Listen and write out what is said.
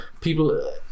people